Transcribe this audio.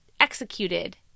executed